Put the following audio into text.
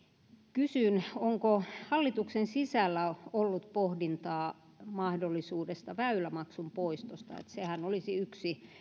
kysyn onko hallituksen sisällä ollut pohdintaa mahdollisesta väylämaksun poistosta sehän olisi yksi